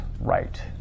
Right